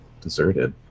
deserted